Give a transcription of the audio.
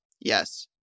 Yes